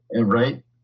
Right